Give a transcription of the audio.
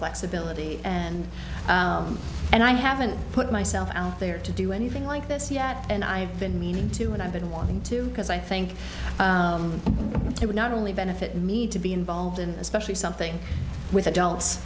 flexibility and and i haven't put myself out there to do anything like this yet and i've been meaning to and i've been wanting to because i think it would not only benefit me to be involved in especially something with adults